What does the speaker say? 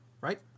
right